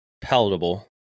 palatable